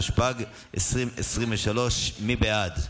התשפ"ג 2023. מי בעד?